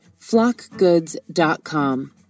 flockgoods.com